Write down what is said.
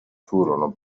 furono